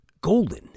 golden